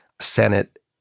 Senate